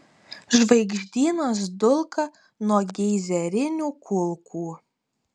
žvaigždynas dulka nuo geizerinių kulkų